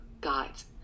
guides